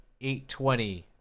8-20